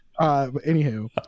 anywho